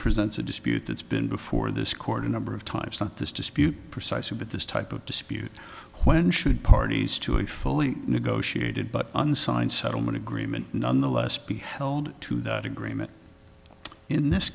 presents a dispute that's been before this court a number of times not this dispute precisely but this type of dispute when should parties to a fully negotiated but unsigned settlement agreement nonetheless be held to that agreement in this